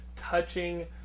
touching